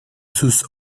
sus